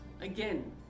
Again